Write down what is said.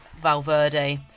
Valverde